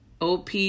OP